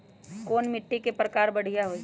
कोन मिट्टी के प्रकार बढ़िया हई?